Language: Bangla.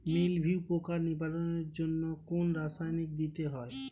মিলভিউ পোকার নিবারণের জন্য কোন রাসায়নিক দিতে হয়?